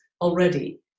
already